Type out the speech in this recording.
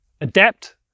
adapt